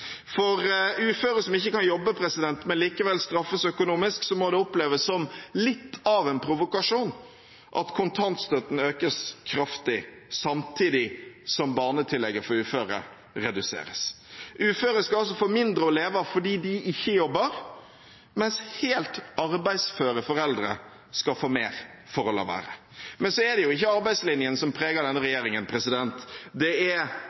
For uføre som ikke kan jobbe, men likevel straffes økonomisk, må det oppleves som litt av en provokasjon at kontantstøtten økes kraftig samtidig som barnetillegget for uføre reduseres. Uføre skal altså få mindre å leve av fordi de ikke jobber, mens helt arbeidsføre foreldre skal få mer for å la være. Men så er det jo ikke arbeidslinjen som preger denne regjeringen; det er